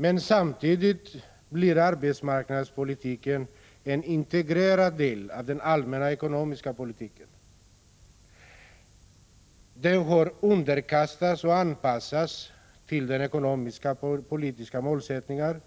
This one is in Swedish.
Men samtidigt blir arbetsmarknadspolitiken en integrerad del av den allmänna ekonomiska politiken. Den har underkastats och anpassats till ekonomiska och politiska målsättningar.